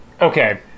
Okay